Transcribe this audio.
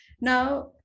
Now